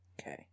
Okay